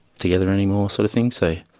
together anymore sort of thing, so